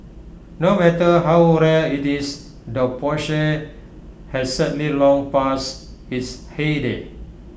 no matter how rare IT is the Porsche has sadly long passed its heyday